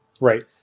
Right